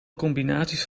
combinaties